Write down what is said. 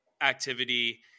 activity